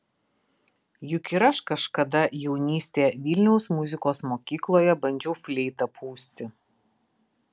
juk ir aš kažkada jaunystėje vilniaus muzikos mokykloje bandžiau fleitą pūsti